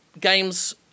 games